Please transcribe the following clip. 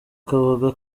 kabaga